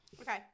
Okay